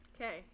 okay